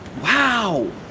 Wow